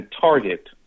target